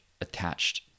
attached